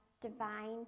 divine